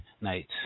nights